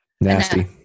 Nasty